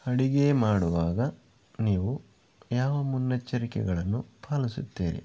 ಅಡುಗೆ ಮಾಡುವಾಗ ನೀವು ಯಾವ ಮುನ್ನೆಚ್ಚರಿಕೆಗಳನ್ನು ಪಾಲಿಸುತ್ತೀರಿ